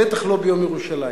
בטח לא ביום ירושלים.